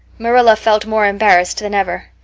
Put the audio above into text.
marilla felt more embarrassed than ever.